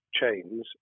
chains